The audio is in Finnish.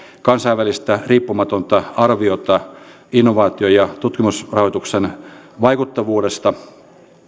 kansainvälistä riippumatonta arviota innovaatio ja tutkimusrahoituksen vaikuttavuudesta